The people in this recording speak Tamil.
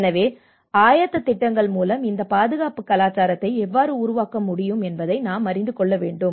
எனவே ஆயத்த திட்டங்கள் மூலம் இந்த பாதுகாப்பு கலாச்சாரத்தை எவ்வாறு உருவாக்க முடியும் என்பதை நாம் அறிந்து கொள்ள வேண்டும்